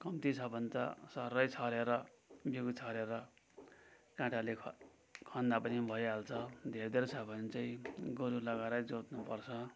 कम्ती छ भन त सर्रै छरेर बिउ छरेर काँटाले खन्दा पनि भइहाल्छ धेर धेर छ भने चाहिँ गोरु लगाएरै जोत्नु पर्छ